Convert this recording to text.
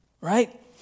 right